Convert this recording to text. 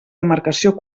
demarcació